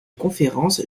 conférence